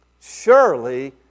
surely